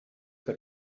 que